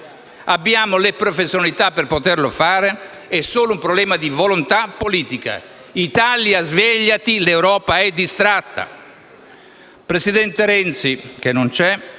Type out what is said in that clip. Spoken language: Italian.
Abbiamo le professionalità per poterlo fare ed è solo un problema di volontà politica. Italia svegliati, l'Europa è distratta! Mi rivolgo al presidente Renzi, che in